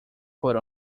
put